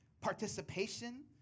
participation